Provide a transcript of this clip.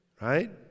Right